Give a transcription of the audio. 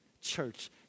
Church